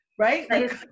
Right